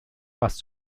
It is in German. was